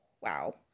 wow